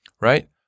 right